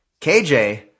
KJ